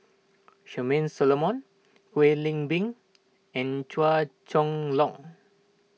Charmaine Solomon Kwek Leng Beng and Chua Chong Long